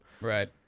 Right